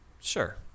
Sure